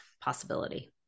possibility